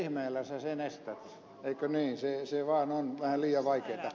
eikö niin se vain on vähän liian vaikeata